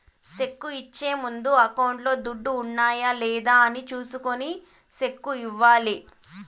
cheque ఇచ్చే ముందు అకౌంట్లో దుడ్లు ఉన్నాయా లేదా అని చూసుకొని సెక్కు ఇవ్వాలి